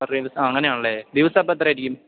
ആ അങ്ങനെയാണല്ലേ ദിവസം അപ്പം എത്ര ആയിരിക്കും